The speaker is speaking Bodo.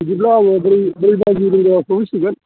बिदिब्ला आङो सहैसिगोन